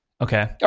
Okay